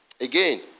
again